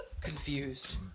Confused